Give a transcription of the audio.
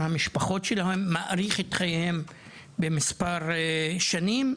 המשפחות שלהם ומאריך את חייהם במספר שנים,